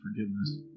forgiveness